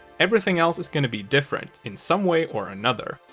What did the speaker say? everything else is going to be different, in some way or another.